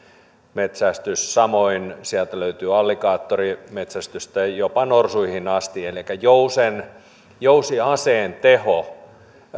metsästys samoin sieltä löytyy alligaattorinmetsästystä jopa norsuihin asti elikkä jousiaseen teho